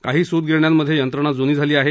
काही सूतगिरण्यांमध्ये यंत्रणा जुनी झाली आहे